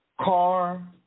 car